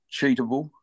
cheatable